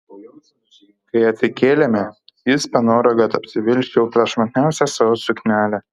kai atsikėlėme jis panoro kad apsivilkčiau prašmatniausią savo suknelę